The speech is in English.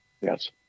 Yes